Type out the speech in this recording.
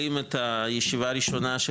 אנחנו מתחילים את הישיבה הראשונה של